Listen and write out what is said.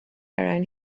around